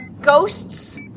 ghosts